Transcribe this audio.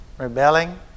Rebelling